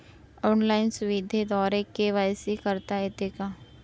Online सुविधेद्वारे KYC करता येते का?